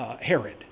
Herod